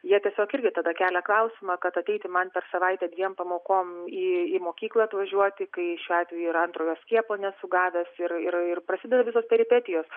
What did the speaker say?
jie tiesiog irgi tada kelia klausimą kad ateiti man per savaitę dviem pamokom į mokyklą atvažiuoti kai šiuo atveju yra antrojo skiepo nesu gavęs ir ir prasideda visos peripetijos